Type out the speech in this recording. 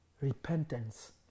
repentance